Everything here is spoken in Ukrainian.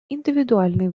індивідуальний